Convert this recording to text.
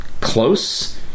close